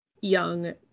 young